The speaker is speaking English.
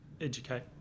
educate